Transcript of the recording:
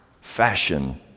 fashion